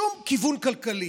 שום כיוון כלכלי.